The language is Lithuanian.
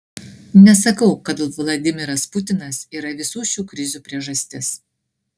nesakau kad vladimiras putinas yra visų šių krizių priežastis